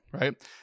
right